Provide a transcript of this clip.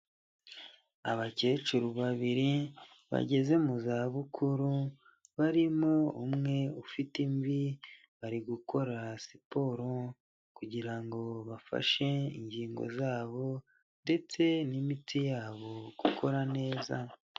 Abakecuru babiri bageze mu zabukuru barimo umwe ufite imvi, bari gukora siporo kugirango bafashe ingingo zabo ndetse n'imitsi yabo gukora neza.